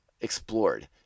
explored